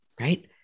Right